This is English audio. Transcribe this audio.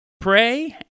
Pray